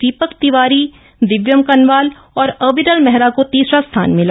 दीपक तिवप्री दिव्यम कनवाल और अविरल मेहर को तीसर स्थान मिल